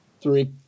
three